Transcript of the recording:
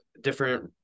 different